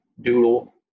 doodle